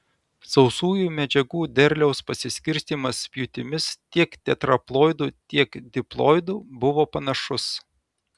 sausųjų medžiagų derliaus pasiskirstymas pjūtimis tiek tetraploidų tiek diploidų buvo panašus